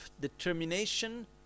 determination